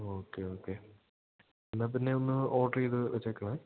okay okay എന്നാൽ പിന്നെയൊന്ന് order ചെയ്ത് വെച്ചേക്കണം